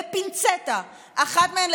בפינצטה אחת מהן,